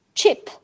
Chip